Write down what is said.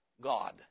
God